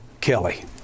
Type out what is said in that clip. Kelly